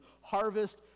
harvest